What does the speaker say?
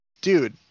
dude